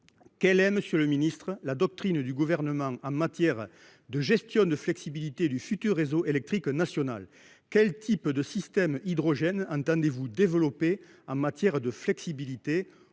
sur la PPE. Monsieur le ministre, quelle est la doctrine du Gouvernement en matière de gestion de la flexibilité du futur réseau électrique national ? Quel type de système hydrogène entendez-vous développer en matière de flexibilité ?